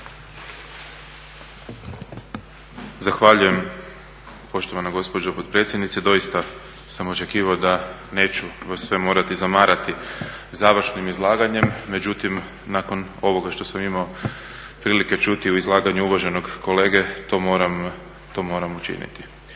Zahvaljujem poštovana gospođo potpredsjednice. Doista sam očekivao da neću vas sve morati zamarati završnim izlaganjem, međutim nakon ovoga što sam imao prilike čuti u izlaganju uvaženog kolege, to moram učiniti.